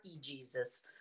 Jesus